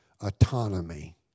autonomy